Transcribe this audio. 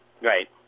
Right